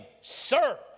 sir